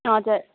हजुर